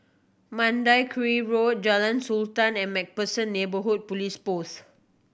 Mandai Quarry Road Jalan Sultan and Macpherson Neighbourhood Police Post